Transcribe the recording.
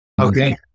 Okay